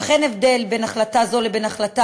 אך אין הבדל בין החלטה זו לבין החלטה